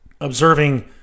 observing